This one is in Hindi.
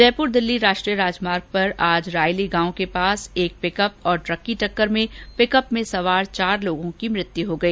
जयपुर दिल्ली राष्ट्रीय राजमार्ग पर आज रायली गांव के पास एक पिकअप और ट्रक की टक्कर में पिकअप में सवार चार लोगों की मौत हो गई